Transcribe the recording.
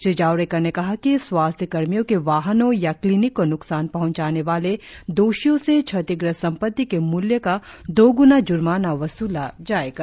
श्री जावड़ेकर ने कहा कि स्वास्थ्यकर्मियों के वाहनों या क्लीनिक को न्कसान पहंचाने वाले दोषियों से क्षतिग्रस्त सम्पत्ति के मूल्य का दोगुना जुर्माना वसूला जाएगा